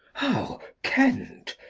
how, kent?